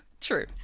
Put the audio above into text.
True